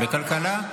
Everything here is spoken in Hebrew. בכלכלה?